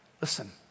Listen